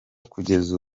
kugeza